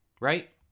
Right